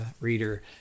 reader